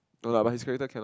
no lah but his character cannot